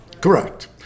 Correct